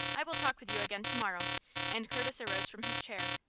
i will talk with you again to-morrow, and curtis arose from his chair.